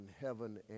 heaven